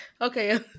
okay